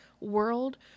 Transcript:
world